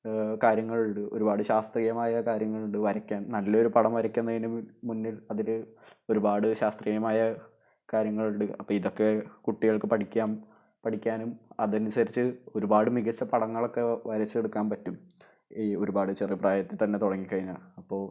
കാര്യങ്ങളുണ്ട് ഒരുപാട് ശാസ്ത്രീയമായ കാര്യങ്ങളുണ്ട് വരയ്ക്കാൻ നല്ല ഒരു പടം വരയ്ക്കുന്നതിന് മുന്നിൽ അതിൽ ഒരുപാട് ശാസ്ത്രീയമായ കാര്യങ്ങളുണ്ട് അപ്പോൾ ഇതൊക്കെ കുട്ടികൾക്ക് പഠിക്കാം പഠിക്കാനും അത് അനുസരിച്ച് ഒരുപാട് മികച്ച പടങ്ങളൊക്കെ വരച്ചെടുക്കാൻ പറ്റും ഈ ഒരുപാട് ചെറുപ്രായത്തിൽ തന്നെ തുടങ്ങിക്കഴിഞ്ഞാൽ അപ്പോൾ